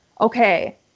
Okay